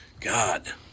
God